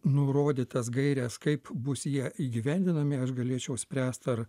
nurodytas gaires kaip bus jie įgyvendinami aš galėčiau spręst ar